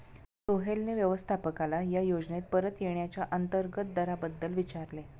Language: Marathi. सोहेलने व्यवस्थापकाला या योजनेत परत येण्याच्या अंतर्गत दराबद्दल विचारले